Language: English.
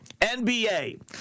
NBA